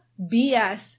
BS